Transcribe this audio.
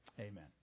Amen